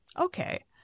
Okay